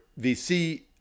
VC